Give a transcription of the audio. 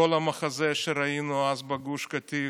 כל המחזה שראינו אז בגוש קטיף.